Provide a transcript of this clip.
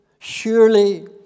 surely